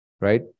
right